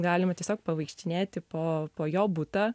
galima tiesiog pavaikštinėti po po jo butą